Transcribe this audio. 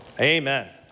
Amen